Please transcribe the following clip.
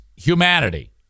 Humanity